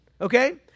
okay